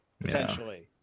potentially